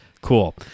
Cool